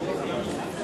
לא נתקבלה.